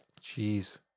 Jeez